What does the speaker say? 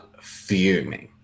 fuming